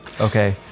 Okay